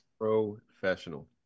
professional